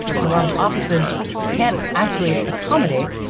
which a lot of offices can't actually accommodate.